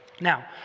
Now